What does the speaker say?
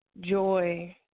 Joy